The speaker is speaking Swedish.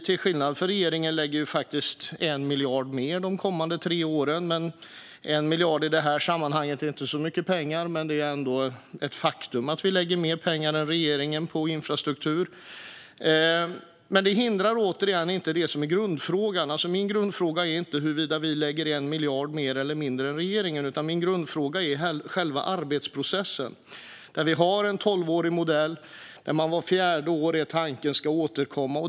Till skillnad från regeringen lägger vi faktiskt 1 miljard mer de kommande tre åren. I detta sammanhang är 1 miljard inte så mycket pengar, men det är ändå ett faktum att vi lägger mer pengar än regeringen på infrastruktur. Det hindrar, återigen, inte det som är grundfrågan. Min grundfråga är inte huruvida vi lägger 1 miljard mer eller mindre än regeringen, utan min grundfråga gäller själva arbetsprocessen. Vi har en tolvårig modell där tanken är att man vart fjärde år ska återkomma.